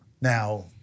now